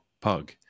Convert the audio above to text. pug